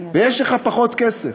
ויש לך פחות כסף.